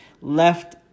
left